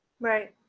right